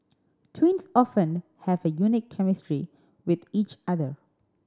twins often have a unique chemistry with each other